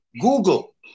Google